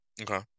Okay